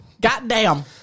goddamn